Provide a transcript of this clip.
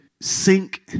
sink